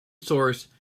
source